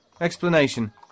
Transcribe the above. explanation